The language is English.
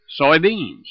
soybeans